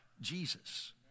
Jesus